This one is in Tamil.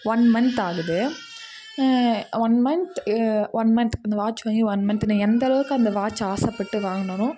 ஒன் மந்த் ஆகுது ஒன் மந்த் ஒன் மந்த் அந்த வாட்ச் வாங்கி ஒன் மந்த் நான் எந்தளவுக்கு அந்த வாட்ச் ஆசைப்பட்டு வாங்னனோ